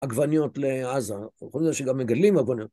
עגבניות לעזה, וחוץ מזה שגם שגם מגלים עגבניות